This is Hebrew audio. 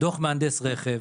דו"ח של מהנדס רכב,